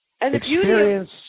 Experience